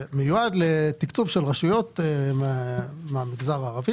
שמיועד לתקצוב של רשויות מן המגזר הערבי